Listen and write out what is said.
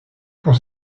pour